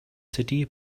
city